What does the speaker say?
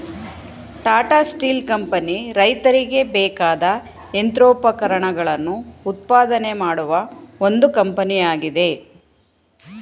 Tata Steel company ರೈತರಿಗೆ ಬೇಕಾದ ಯಂತ್ರೋಪಕರಣಗಳನ್ನು ಉತ್ಪಾದನೆ ಮಾಡುವ ಒಂದು ಕಂಪನಿಯಾಗಿದೆ